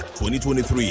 2023